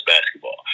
basketball